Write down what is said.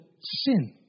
sin